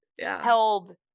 held